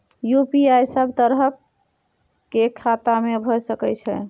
UPI सब तरह के खाता में भय सके छै?